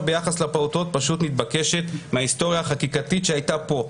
ביחס לפעוטות פשוט מתבקשת מההיסטוריה החקיקתית שהייתה פה.